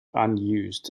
unused